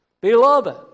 Beloved